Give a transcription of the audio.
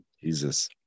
Jesus